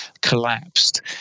collapsed